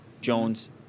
Jones